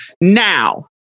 Now